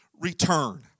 return